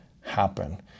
happen